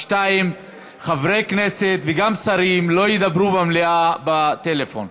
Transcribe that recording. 2. חברי כנסת וגם שרים לא ידברו במליאה בטלפון.